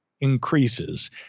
increases